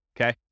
Okay